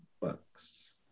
Bucks